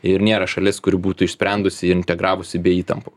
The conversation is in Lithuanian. ir nėra šalis kuri būtų išsprendusi integravusi be įtampų